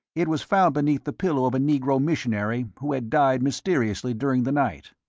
it was found beneath the pillow of a negro missionary who had died mysteriously during the night.